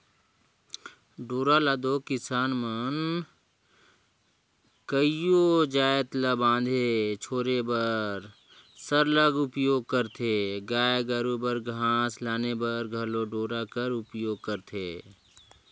डोरा ल दो किसान मन कइयो जाएत ल बांधे छोरे बर सरलग उपियोग करथे गाय गरू बर घास लाने बर घलो डोरा कर उपियोग करथे